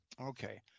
okay